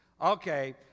Okay